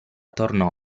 tornò